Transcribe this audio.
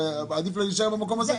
עדיף לה להישאר במקום הזה.